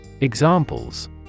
Examples